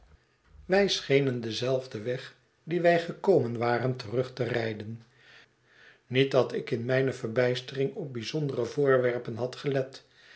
wij schenen denzelfden weg dien wij gekomen waren terug te rijden niet dat ik in mijne verbijstering op bijzondere voorwerpen had gelet